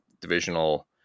divisional